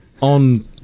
on